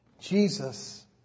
Jesus